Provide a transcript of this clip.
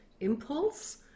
impulse